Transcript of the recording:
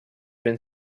been